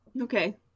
Okay